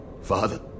father